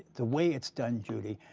the way it's done, judy,